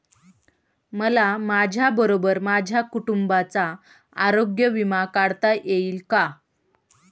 मला माझ्याबरोबर माझ्या कुटुंबाचा आरोग्य विमा काढता येईल का?